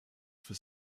for